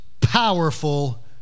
powerful